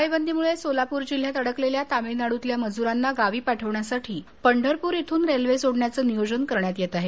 टाळेबंदीमुळे सोलापूर जिल्ह्यात अडकलेल्या तमिळनाडूतल्या मजुरांना गावी पाठवण्यासाठी पंढरपूर इथून रेल्वे सोडण्याचं नियोजन करण्यात येत आहे